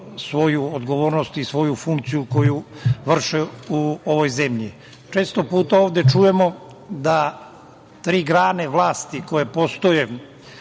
svoju odgovornost i svoju funkciju koju vrše u ovoj zemlji. Često puta ovde čujemo da tri grane vlasti koje postoje